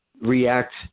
react